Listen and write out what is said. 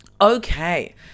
Okay